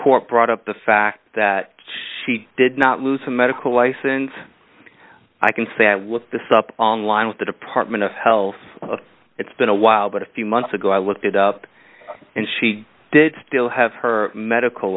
court brought up the fact that she did not lose her medical license i can say that with this up on line with the department of health it's been a while but a few months ago i looked it up and she did still have her medical